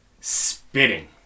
spitting